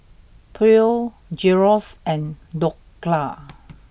Pho Gyros and Dhokla